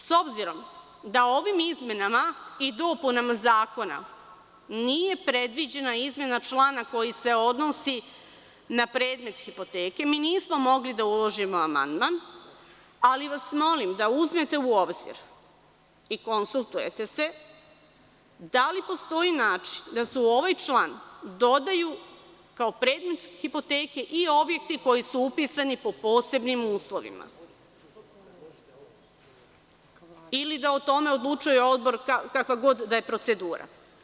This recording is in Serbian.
S obzirom da ovim izmenama i dopunama Zakona nije predviđena izmena člana koji se odnosi na predmet hipoteke, mi nismo mogli da uložimo amandman, ali vas molim da uzmete u obzir i konsultujete se, da li postoji način da se u ovaj član dodaju, kao predmet hipoteke i objekti koji su upisani po posebnim uslovima ili da o tome odlučuje odbor, kakva god da je procedura?